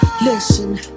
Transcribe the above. Listen